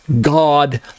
god